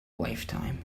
lifetime